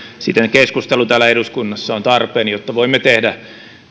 siten keskustelu täällä eduskunnassa on tarpeen jotta voimme tehdä